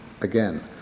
again